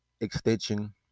extension